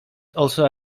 also